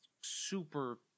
super